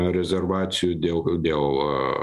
rezervacijų dėl dėl